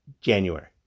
January